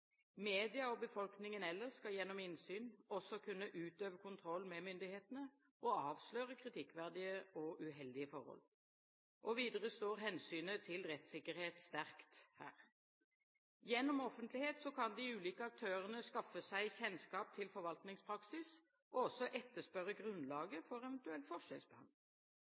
og befolkningen ellers skal gjennom innsyn også kunne utøve kontroll med myndighetene og avsløre kritikkverdige og uheldige forhold. Videre står hensynet til rettssikkerhet sterkt her. Gjennom offentlighet kan de ulike aktørene skaffe seg kjennskap til forvaltningspraksis og også etterspørre grunnlaget for eventuell forskjellsbehandling.